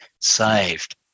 saved